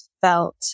felt